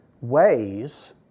ways